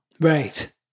Right